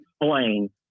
explain